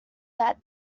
that